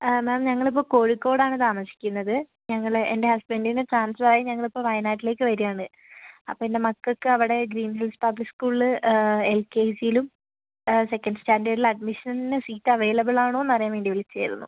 മാം ഞങ്ങൾ ഇപ്പോൾ കോഴിക്കോട് ആണ് താമസിക്കുന്നത് ഞങ്ങൾ എൻ്റെ ഹസ്ബൻറ്റിന് ട്രാൻസ്ഫർ ആയി ഞങ്ങൾ ഇപ്പോൾ വയനാട്ടിലേക്ക് വരികയാണ് അപ്പോൾ എൻ്റെ മക്കൾക്ക് അവിടെ ഗ്രീൻ ഹിൽസ് പബ്ലിക് സ്കൂളില് എൽ കെ ജിയിലും സെക്കൻഡ് സ്റ്റാൻഡേർഡിലും അഡ്മിഷന് സീറ്റ് അവൈലബിൾ ആണോന്ന് അറിയാൻ വേണ്ടി വിളിച്ചതായിരുന്നു